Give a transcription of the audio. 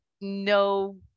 no